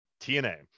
TNA